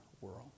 world